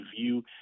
view